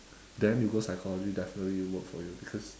then you go psychology definitely work for you because